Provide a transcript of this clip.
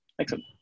Excellent